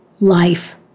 life